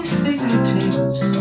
fingertips